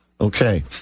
Okay